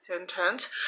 intent